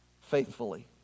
faithfully